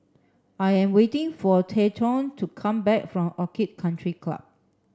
I am waiting for Treyton to come back from Orchid Country Club